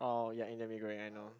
oh ya in the Mee-Goreng I know